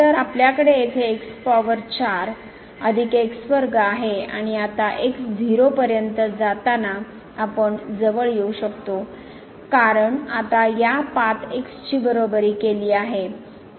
तर आपल्याकडे येथे x पॉवर 4 अधिक x वर्ग आहे आणि आता x 0 पर्यंत जाताना आपण जवळ येऊ शकतो कारण आता या पाथ x ची बराबरी केली आहे